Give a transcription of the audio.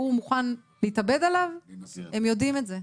מוכן להתאבד עליו - הם יודעים את זה,